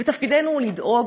תפקידנו הוא לדאוג,